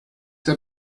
der